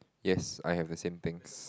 yes I have the same things